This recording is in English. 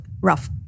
rough